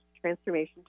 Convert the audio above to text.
Transformation